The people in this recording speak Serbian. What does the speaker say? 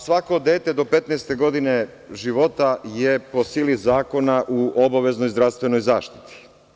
Svako dete, do 15 godine života, je po sili zakona u obaveznoj zdravstvenoj zaštiti.